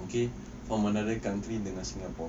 okay from another country dengan singapore